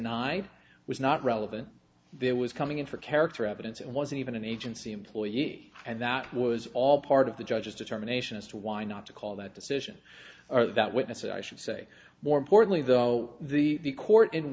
d was not relevant there was coming in for character evidence and wasn't even an agency employee and that was all part of the judge's determination as to why not to call that decision or that witness i should say more importantly though the court in